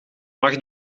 mag